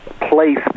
place